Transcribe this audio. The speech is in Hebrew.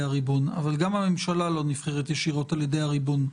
הריבון אבל גם הממשלה לא נבחרת ישירות על ידי הריבון.